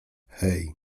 hej